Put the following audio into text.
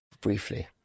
briefly